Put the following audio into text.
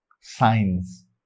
signs